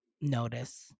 notice